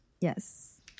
Yes